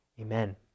Amen